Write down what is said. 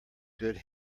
good